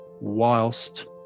whilst